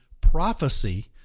prophecy